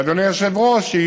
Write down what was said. אדוני היושב-ראש,